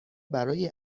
برای